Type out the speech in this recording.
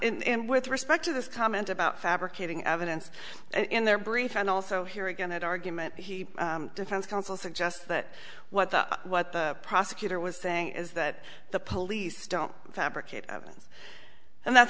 and with respect to this comment about fabricating evidence in their brief and also here again that argument he defense counsel suggests that what the what the prosecutor was saying is that the police don't fabricate evidence and that's